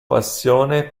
passione